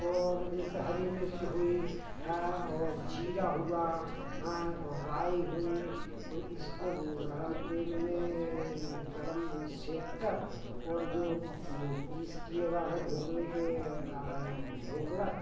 और जैसे हरी मिर्च हुई हाँ और ज़ीरा हुआ हैं राई हुई इसको गर्म तेल में गर्म सेक कर और जो पीस किए हैं ढोकले के ढोकला